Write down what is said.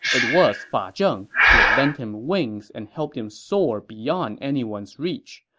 it was fa ah zheng who lent him wings and helped him soar beyond anyone's reach.